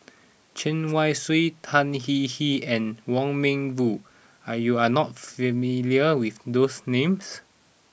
Chen Wen Hsi Tan Hwee Hwee and Wong Meng Voon are you are not familiar with those names